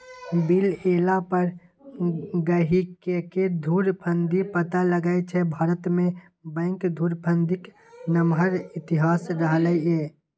bill एला पर गहिंकीकेँ धुरफंदी पता लगै छै भारतमे बैंक धुरफंदीक नमहर इतिहास रहलै यै